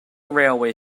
railway